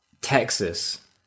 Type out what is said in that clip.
Texas